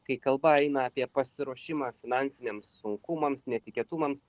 kai kalba eina apie pasiruošimą finansiniams sunkumams netikėtumams